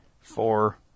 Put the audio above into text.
four